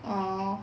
orh